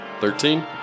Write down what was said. Thirteen